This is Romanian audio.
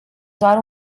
doar